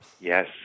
Yes